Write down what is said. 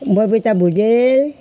Babita Bhujel